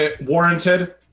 Warranted